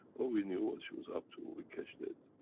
but we knew what she was up to we cashed it.